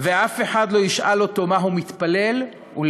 ואף אחד לא ישאל אותו מה הוא מתפלל ולמי.